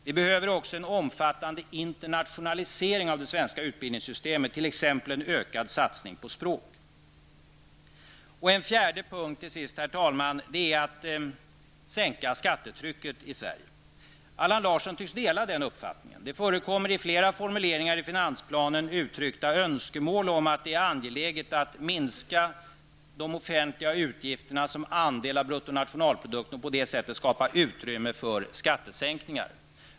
Vi behöver också en omfattande internationalisering av det svenska utbildningssystemet, t.ex. en ökad satsning på språk. En fjärde punkt till sist, herr talman, är att sänka skattetrycket i Sverige. Allan Larsson tycks dela den uppfattningen. I flera formuleringar i finansplanen förekommer uttryckta önskemål om att minska de offentliga utgifterna som andel av bruttonationalprodukten och på det sättet skapa utrymme för skattesänkningar.